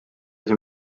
siin